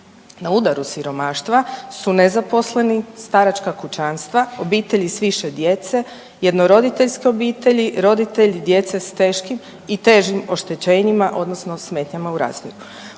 Na udaru siromaštva su nezaposleni, staračka kućanstva, obitelji s više djece, jednoroditeljske obitelji, roditelji djece s teškim i težim oštećenjima odnosno smetnjama u razvoju.